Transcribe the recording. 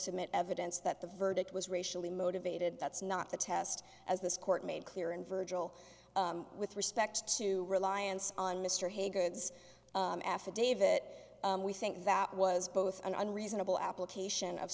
submit evidence that the verdict was racially motivated that's not the test as this court made clear in virgil with respect to reliance on mr haye goods affidavit we think that was both an unreasonable application of